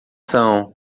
são